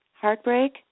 heartbreak